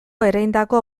ereindako